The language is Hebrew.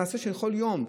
מעשה של כל יום.